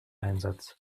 einsatz